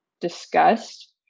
discussed